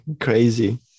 crazy